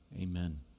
Amen